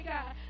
God